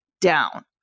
down